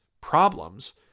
problems